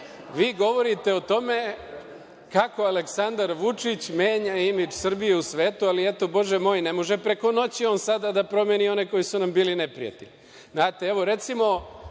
vi govorite o tome kako Aleksandar Vučić menja imidž Srbije u svetu, ali, eto, Bože moj, ne može preko noći on sada da promeni one koji su nam bili neprijatelji.